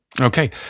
Okay